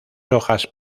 hojas